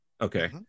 Okay